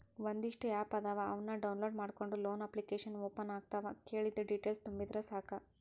ಒಂದಿಷ್ಟ ಆಪ್ ಅದಾವ ಅವನ್ನ ಡೌನ್ಲೋಡ್ ಮಾಡ್ಕೊಂಡ ಲೋನ ಅಪ್ಲಿಕೇಶನ್ ಓಪನ್ ಆಗತಾವ ಕೇಳಿದ್ದ ಡೇಟೇಲ್ಸ್ ತುಂಬಿದರ ಸಾಕ